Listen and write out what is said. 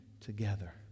together